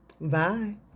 Bye